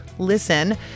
Listen